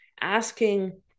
asking